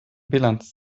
bilanz